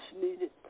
needed